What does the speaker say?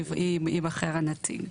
ייבחר הנציג.